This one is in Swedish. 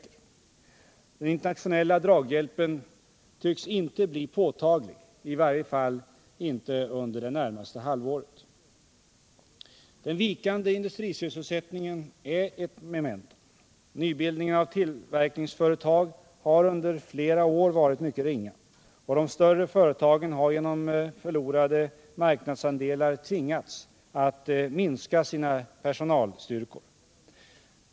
Den internationella draghjälpen tycks inte bli påtaglig — i varje fall inte under det närmaste halvåret. Den vikande industrisysselsättningen är ett memento. Nybildningen av tillverkningsföretag har under flera år varit mycket ringa. Och de större företagen har genom förlorade marknadsandelar tvingats att minska sina personalstyrkor.